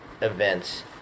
events